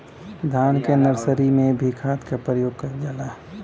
धान के नर्सरी में भी खाद के प्रयोग कइल जाला?